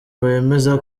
wemeza